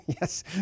Yes